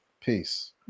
peace